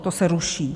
To se ruší.